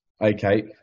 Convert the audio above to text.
Okay